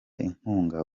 inkunga